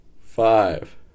five